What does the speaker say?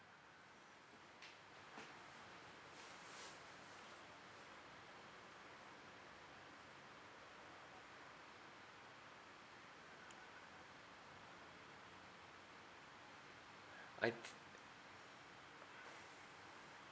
I